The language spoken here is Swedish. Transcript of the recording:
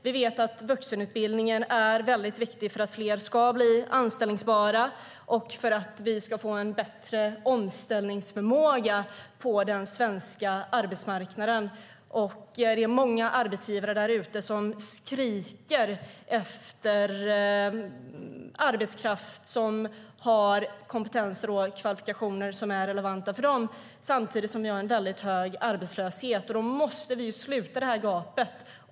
Vi vet att vuxenutbildningen är viktig för att fler ska bli anställbara och för att vi ska få bättre omställningsförmåga på den svenska arbetsmarknaden. Många arbetsgivare där ute skriker efter arbetskraft med relevanta kompetenser och kvalifikationer. Samtidigt har vi väldigt hög arbetslöshet. Då måste vi sluta det gapet.